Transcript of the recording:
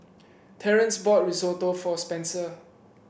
Terance bought Risotto for Spencer